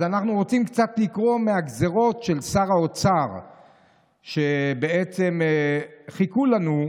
אז אנחנו רוצים קצת לקרוא מהגזרות של שר האוצר שבעצם חיכו לנו,